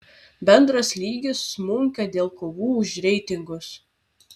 bendras lygis smunka dėl kovų už reitingus